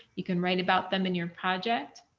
you can write about them in your project.